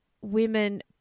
women